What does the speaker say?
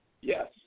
Yes